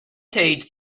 did